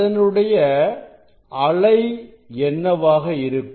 அதனுடைய அலை என்னவாக இருக்கும்